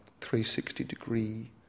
360-degree